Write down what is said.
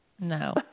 No